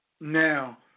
Now